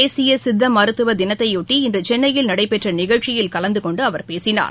தேசிய சித்த மருத்துவ தினத்தையொட்டி இன்று சென்னையில் நடைபெற்ற நிகழ்ச்சியில் கலந்து கொண்டு அவர் பேசினார்